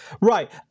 Right